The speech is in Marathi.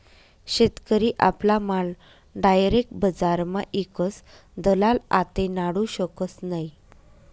शेतकरी आपला माल डायरेक बजारमा ईकस दलाल आते नाडू शकत नै